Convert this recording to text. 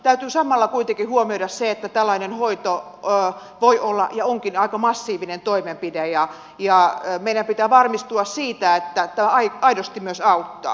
täytyy samalla kuitenkin huomioida se että tällainen hoito voi olla ja onkin aika massiivinen toimenpide ja meidän pitää varmistua siitä että tämä aidosti myös auttaa